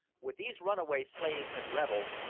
with these runaway slaves and rebels,